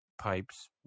pipes